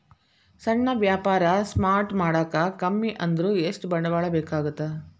ಸಣ್ಣ ವ್ಯಾಪಾರ ಸ್ಟಾರ್ಟ್ ಮಾಡಾಕ ಕಮ್ಮಿ ಅಂದ್ರು ಎಷ್ಟ ಬಂಡವಾಳ ಬೇಕಾಗತ್ತಾ